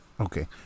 Okay